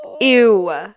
ew